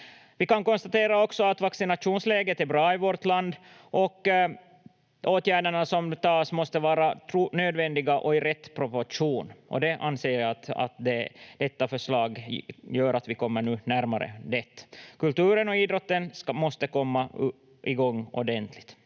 också konstatera att vaccinationsläget är bra i vårt land och åtgärderna som tas måste vara nödvändiga och i rätt proportion, och jag anser att detta förslag gör att vi nu kommer närmare det. Kulturen och idrotten måste komma igång ordentligt.